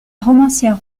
romancière